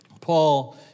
Paul